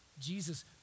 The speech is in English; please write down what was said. Jesus